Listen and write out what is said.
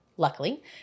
Luckily